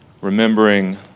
remembering